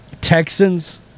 Texans